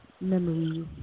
memories